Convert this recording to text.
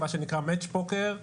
מה שנקרא 'מאץ' פוקר',